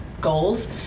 goals